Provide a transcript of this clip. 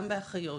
גם באחיות,